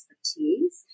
expertise